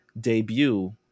debut